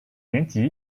年级